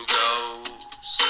goes